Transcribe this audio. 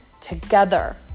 together